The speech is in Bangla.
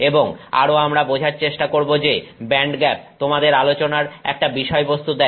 এবং আরো আমরা বোঝার চেষ্টা করব যে ব্যান্ডগ্যাপ তোমাদের আলোচনার একটা বিষয়বস্তু দেয়